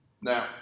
now